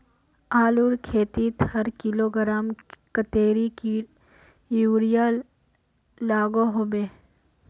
आलूर खेतीत हर किलोग्राम कतेरी यूरिया लागोहो होबे?